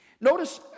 Notice